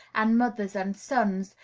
and mothers and sons,